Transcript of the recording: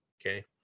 okay